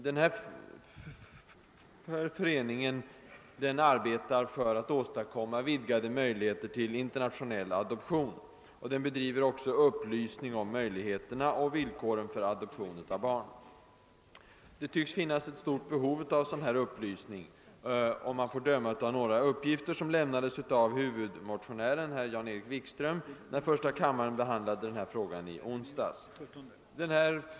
Denna förening arbetar för att åstadkomma vidgade möjligheter till internationell adoption. Den bedriver också upplysning om möjligheterna till och villkoren för adoption av barn. Det tycks råda ett stort behov av sådan upplysning, om man får döma av några uppgifter som lämnades av huvudmotionären, herr Jan-Erik Wikström, när första kammaren behandlade denna fråga i onsdags.